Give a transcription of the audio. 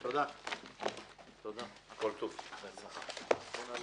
הישיבה ננעלה